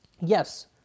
yes